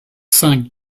cinq